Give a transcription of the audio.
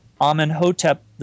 Amenhotep